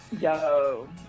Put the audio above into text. yo